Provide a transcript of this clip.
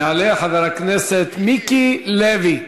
יעלה חבר הכנסת מיקי לוי.